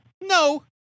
No